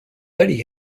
betty